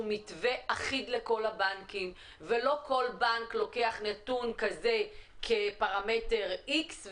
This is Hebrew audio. מתווה אחיד לכל הבנקים ולא כל בנק לוקח נתון כזה כפרמטר X,